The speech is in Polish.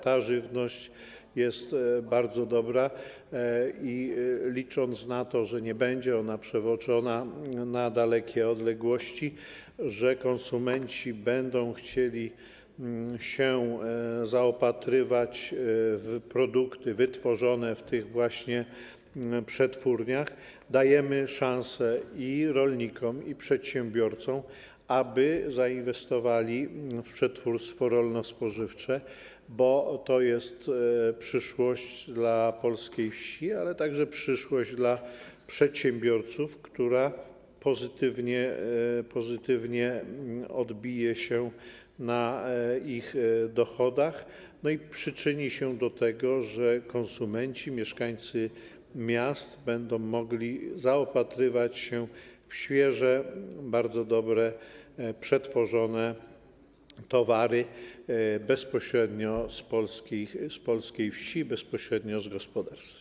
Ta żywność jest bardzo dobra i licząc na to, że nie będzie ona przewożona na dalekie odległości, że konsumenci będą chcieli się zaopatrywać w produkty wytworzone w tych właśnie przetwórniach, dajemy szansę i rolnikom, i przedsiębiorcom, aby zainwestowali w przetwórstwo rolno-spożywcze, bo to jest przyszłość dla polskiej wsi, ale także przyszłość dla przedsiębiorców, która pozytywnie odbije się na ich dochodach i przyczyni się do tego, że konsumenci, mieszkańcy miast będą mogli zaopatrywać się w świeże, bardzo dobre, przetworzone towary bezpośrednio z polskiej wsi, bezpośrednio z gospodarstw.